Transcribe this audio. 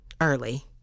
early